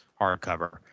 hardcover